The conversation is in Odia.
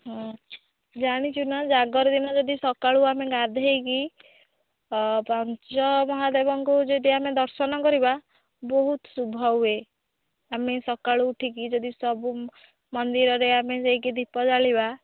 ଜାଣିଛୁ ନା ଜାଗର ଦିନ ଯଦି ସକାଳୁ ଆମେ ଗାଧେଇକି ପାଞ୍ଚ ମହାଦେବଙ୍କୁ ଯଦି ଆମେ ଦର୍ଶନ କରିବା ବହୁତ ଶୁଭ ହୁଏ ଆମେ ସକାଳୁ ଉଠିକି ଯଦି ସବୁ ମନ୍ଦିରରେ ଆମେ ଯାଇକି ଦୀପ ଜାଳିବା